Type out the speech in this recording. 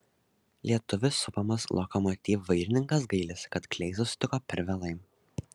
lietuvių supamas lokomotiv vairininkas gailisi kad kleizą sutiko per vėlai